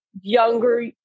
younger